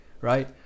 right